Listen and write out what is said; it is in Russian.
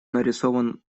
нарисован